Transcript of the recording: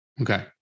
Okay